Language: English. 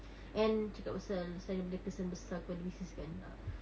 and cakap pasal pasal ada kesan besar pada business kan lah